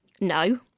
no